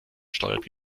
steuert